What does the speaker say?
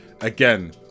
again